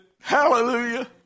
Hallelujah